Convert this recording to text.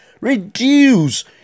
reduce